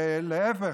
להפך,